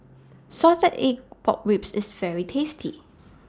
Salted Egg Pork Ribs IS very tasty